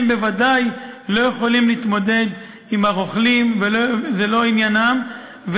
הם בוודאי לא יכולים להתמודד עם הרוכלים וזה לא עניינם.